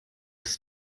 dass